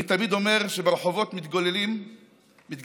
אני תמיד אומר שברחובות מתגלגלות אבנים,